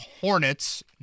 Hornets